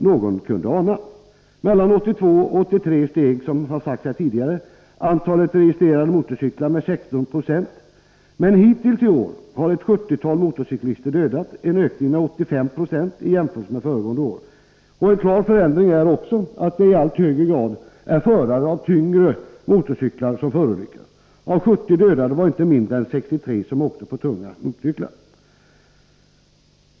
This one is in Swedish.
Mellan 1982 och 1983 steg, vilket har sagts här tidigare, antalet registrerade motorcyklar med 16 96. Men hittills i år har ett sjuttiotal motorcyklister dödats, en ökning med 85 96 i jämförelse med föregående år. En klar förändring är också att det i allt högre grad är förare av tyngre motorcyklar som förolyckas. Av 70 dödade var det inte mindre än 63 som åkte på tunga motorcyklar.